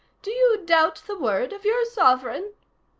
do you doubt the word of your sovereign?